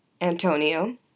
Antonio